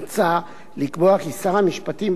מוצע לקבוע כי שר המשפטים,